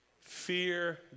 fear